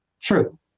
True